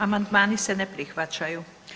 Amandmani se ne prihvaćaju.